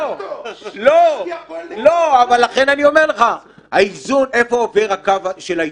לא, לכן אני אומר לך איפה עובר הקו של האיזון?